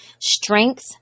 strength